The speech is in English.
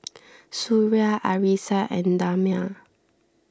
Suria Arissa and Damia